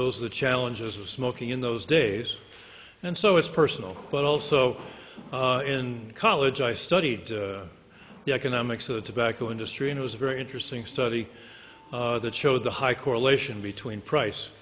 those are the challenges of smoking in those days and so it's personal but also in college i studied the economics of the tobacco industry and it was a very interesting study that showed the high correlation between price